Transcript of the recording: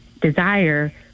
desire